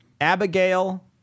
Abigail